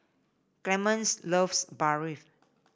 Clemence loves Barfi